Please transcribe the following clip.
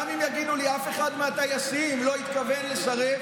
גם אם יגידו לי שאף אחד מהטייסים לא התכוון לסרב,